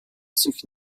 sich